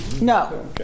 No